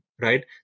right